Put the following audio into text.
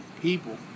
people